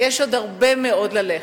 שיש עוד הרבה מאוד ללכת.